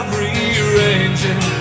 rearranging